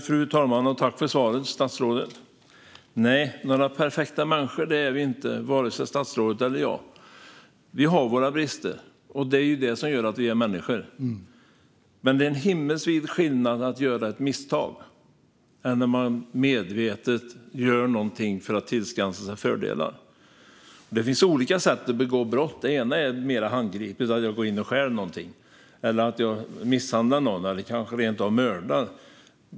Fru talman! Jag tackar statsrådet för svaret. Nej, några perfekta människor är varken statsrådet eller jag. Vi har våra brister, och det gör oss till människor. Men det är en himmelsvid skillnad mellan att göra ett misstag och att medvetet göra något för att tillskansa sig fördelar. Det finns olika sätt att begå brott. Det ena sättet är mer handgripligt: att stjäla, misshandla eller rent av mörda.